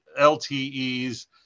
LTEs